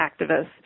activists